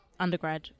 undergrad